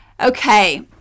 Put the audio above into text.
okay